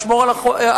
לשמור על החופים,